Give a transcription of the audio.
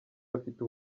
bafite